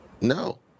No